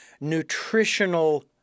nutritional